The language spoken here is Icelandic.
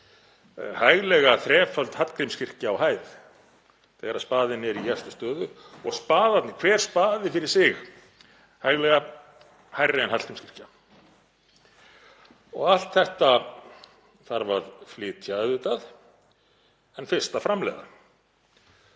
hæglega þreföld Hallgrímskirkja á hæð þegar spaðinn er í efstu stöðu og hver spaði fyrir sig hæglega hærri en Hallgrímskirkja. Allt þetta þarf að flytja auðvitað en fyrst að framleiða.